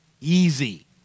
easy